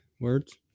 words